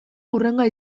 hurrengoa